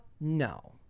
No